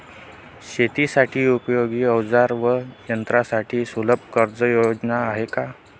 शेतीसाठी उपयोगी औजारे व यंत्रासाठी सुलभ कर्जयोजना आहेत का?